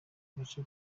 gace